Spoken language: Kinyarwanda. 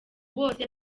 bose